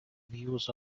views